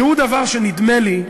שהוא דבר שנדמה לי,